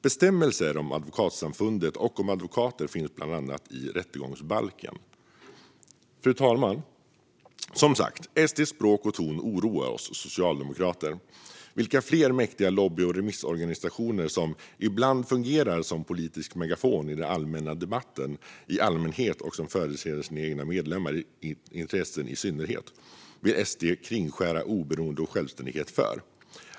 Bestämmelser om Advokatsamfundet och om advokater finns bland annat i rättegångsbalken. Fru talman! SD:s språk och ton oroar oss socialdemokrater. Vilka fler mäktiga lobby och remissorganisationer som ibland fungerar som politisk megafon i debatten i allmänhet och som företräder sina egna medlemmars intressen i synnerhet vill SD kringskära oberoende och självständighet för?